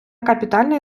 капітальний